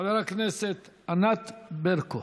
חברת הכנסת ענת ברקו.